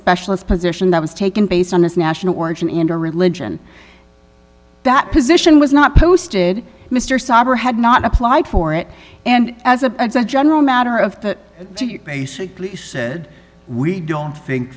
specialist position that was taken based on his national origin into religion that position was not posted mr savva had not applied for it and as a general matter of basically said we don't think